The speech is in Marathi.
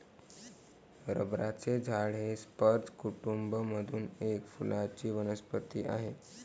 रबराचे झाड हे स्पर्ज कुटूंब मधील एक फुलांची वनस्पती आहे